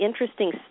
interesting